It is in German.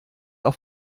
auf